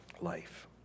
life